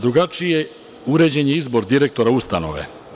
Drugačije je uređen izbor direktora ustanove.